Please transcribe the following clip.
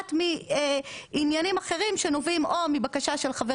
נובעת מעניינים אחרים שנובעים או מבקשה של חבר